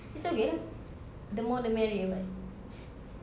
it's okay lah the more the merrier [what]